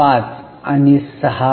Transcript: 5 आणि 6